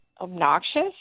obnoxious